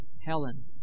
Helen